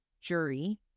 jury